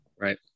right